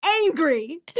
angry